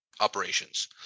operations